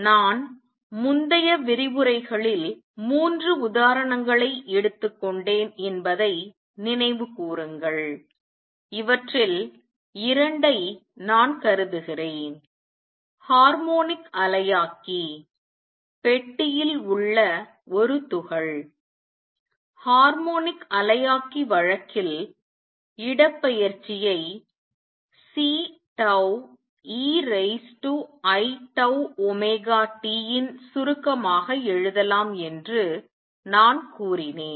நான் முந்தைய விரிவுரைகளில் 3 உதாரணங்களை எடுத்துக்கொண்டேன் என்பதை நினைவு கூறுங்கள் இவற்றில் 2 ஐ நான் கருதுகிறேன் ஹார்மோனிக் அலையாக்கி பெட்டியில் உள்ள ஒரு துகள் ஹார்மோனிக் அலையாக்கி வழக்கில் இடப்பெயர்ச்சியை C tau e raise to i tau omega t ன் சுருக்கமாக எழுதலாம் என்று நான் கூறினேன்